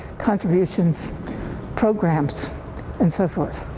contributions programs and so forth.